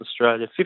Australia